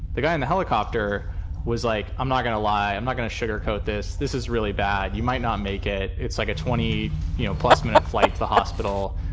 the guy in the helicopter was like, i'm not going to lie. i'm not going to sugarcoat this. this is really bad. you might not make it. it's like a twenty you know plus minute flight to the hospital.